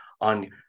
on